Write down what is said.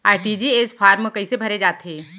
RTGS form कइसे भरे जाथे?